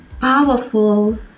powerful